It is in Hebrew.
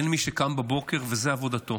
אין מי שקם בבוקר וזו עבודתו,